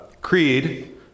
creed